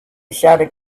shouted